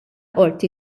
qorti